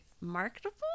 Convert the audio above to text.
marketable